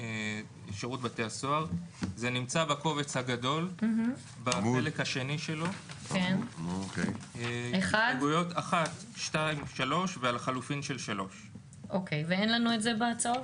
15. אני רוצה לנמק את ההסתייגות הזו.